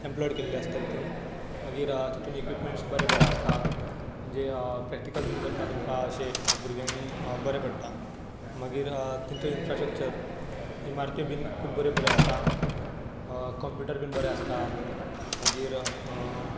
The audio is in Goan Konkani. एम्प्लॉयड केल्ले आसता तितून मागीर तितून एक्विप्मँट्स बरे बरे आसता म्हणजे प्रॅक्टिकल बीन करपा तुमकां अशें भुरग्यांनी बरें पडटा मागीर तितून इन्फ्रास्ट्रक्चर इमारत्यो बीन खूब बऱ्यो बऱ्यो आसता कॉम्पिटर बीन बरे आसता मागीर